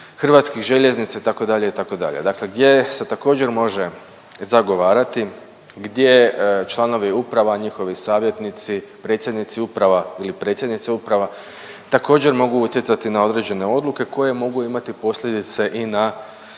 Hrvatskih šuma, HŽ-a, itd., itd., dakle gdje se također može zagovarati, gdje članovi uprava, njihovi savjetnici, predsjednici uprava ili predsjednici uprava također mogu utjecati na određene odluke koje mogu imati posljedice i na